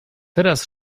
teraz